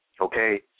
Okay